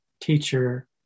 teacher